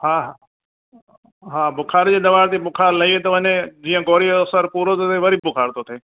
हा हा बुखार जी दवा बुखार लई थो वञे जीअं ई ॻोरी जो असरु पूरो थो थिए वरी बुखार थो थिए